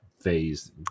phase